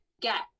get